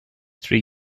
three